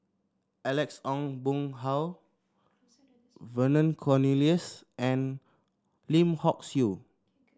Alex Ong Boon Hau Vernon Cornelius and Lim Hock Siew